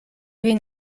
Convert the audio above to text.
vin